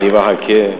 אני מחכה.